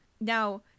Now